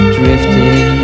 drifting